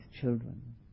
children